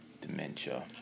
dementia